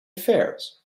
fairs